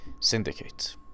Syndicate